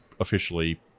officially